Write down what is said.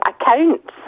accounts